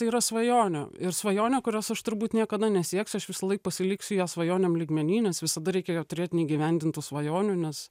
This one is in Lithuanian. tai yra svajonė ir svajonė kurios aš turbūt niekada nesieksiu aš visąlaik pasiliksiu ją svajonėm lygmenį nes visada reikia ją turėti neįgyvendintų svajonių nes